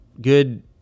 good